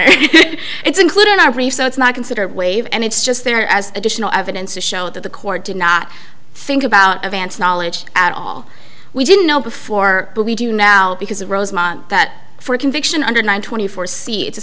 honor it's included in our brief so it's not considered wave and it's just there as additional evidence to show that the court did not think about advance knowledge at all we didn't know before but we do now because of rosemont that for a conviction under one twenty four c it's a